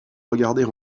regarder